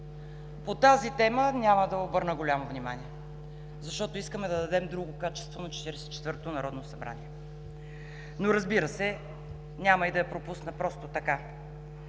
По тази тема няма да обърна голямо внимание, защото искаме да дадем друго качество на Четиридесет и четвъртото народно събрание, но, разбира се, няма и да я пропусна просто така.